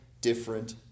different